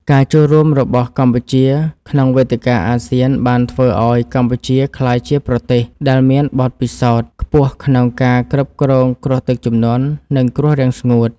ការចូលរួមរបស់កម្ពុជាក្នុងវេទិកាអាស៊ានបានធ្វើឱ្យកម្ពុជាក្លាយជាប្រទេសដែលមានបទពិសោធន៍ខ្ពស់ក្នុងការគ្រប់គ្រងគ្រោះទឹកជំនន់ និងគ្រោះរាំងស្ងួត។